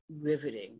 riveting